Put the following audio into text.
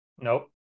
nope